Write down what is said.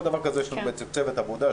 על כל דבר כזה יש לנו צוות עבודה,